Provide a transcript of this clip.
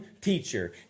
teacher